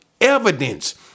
evidence